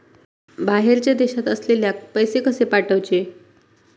बाहेरच्या देशात असलेल्याक पैसे कसे पाठवचे?